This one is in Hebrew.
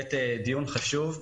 בהחלט דיון חשוב.